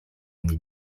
oni